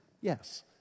Yes